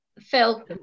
Phil